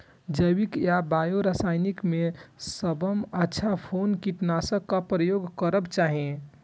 जैविक या बायो या रासायनिक में सबसँ अच्छा कोन कीटनाशक क प्रयोग करबाक चाही?